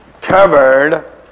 covered